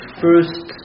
first